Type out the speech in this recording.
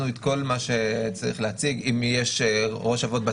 חשתם שהנושא הזה מתקבל יותר טוב ע"י בית הדין הרבני של הקונסיסטואר בצרפת